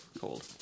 cold